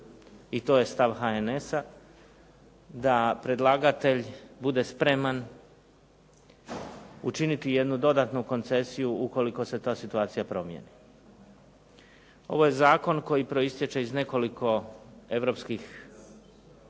i to je stav HNS-a, da predlagatelj bude spreman učiniti jednu dodatnu koncesiju ukoliko se ta situacija promijeni. Ovo je zakon koji proistječe iz nekoliko europskih